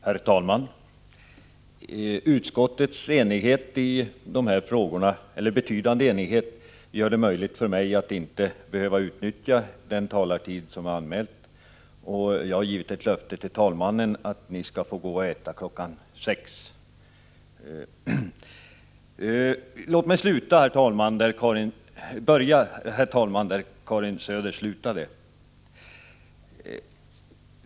Herr talman! Utskottets betydande enighet i de här frågorna gör det möjligt för mig att inte behöva utnyttja den talartid som jag har anmält, och jag har givit ett löfte till talmannen att ni skall få gå och äta kl. 6. Låt mig börja där Karin Söder slutade, herr talman.